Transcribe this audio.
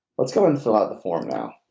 let's go and fill out the form now.